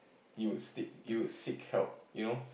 you will stick you would seek help you know